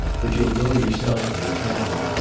but you'll go yourself, if you can.